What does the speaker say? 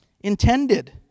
intended